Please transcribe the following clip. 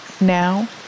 now